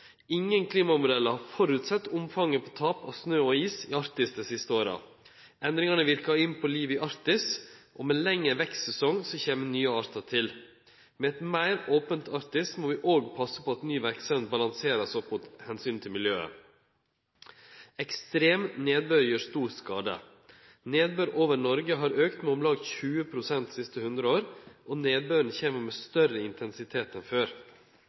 Ingen klimamodellar har føresett omfanget av tap av snø og is i Arktis dei siste åra. Endringane verkar inn på livet i Arktis, og med lengre vekstsesong kjem nye artar til. Med eit meir ope Arktis må vi òg passe på at ny verksemd vert balansert opp mot omsynet til miljøet. Ekstrem nedbør gjer stor skade. Nedbør over Noreg har auka med om lag 20 pst. dei siste 100 åra, og nedbøren kjem med større intensitet enn før.